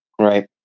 Right